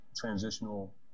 transitional